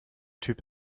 typ